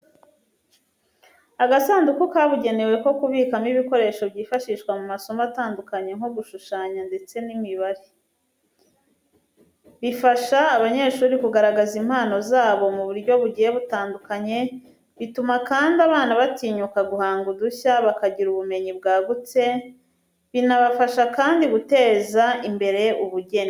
Agasanduku kabugenewe ko kubikamo ibikoresho byifashishwa mu masomo atandukanye nko gushushanya ndetse n'imibare. Bifasha abanyeshuri kugaragaza impano zabo mu buryo bugiye butandukanye, bituma kandi abana batinyuka guhanga udushya, bakagira ubumenyi bwagutse, binabafasha kandi guteza imbere ubugeni.